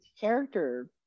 character